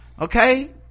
okay